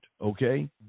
okay